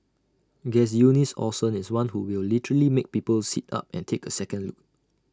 Guess Eunice Olsen is one who will literally make people sit up and take A second look